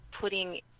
putting